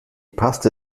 paste